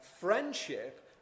friendship